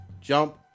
Jump